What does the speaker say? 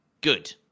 good